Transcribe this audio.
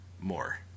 more